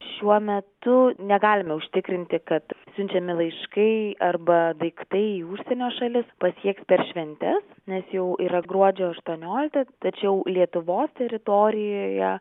šiuo metu negalime užtikrinti kad siunčiami laiškai arba daiktai į užsienio šalis pasieks per šventes nes jau yra gruodžio aštuoniolikta tačiau lietuvos teritorijoje